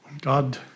God